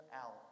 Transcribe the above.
out